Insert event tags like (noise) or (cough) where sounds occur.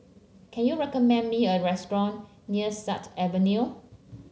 can you recommend me a restaurant near Sut Avenue (noise)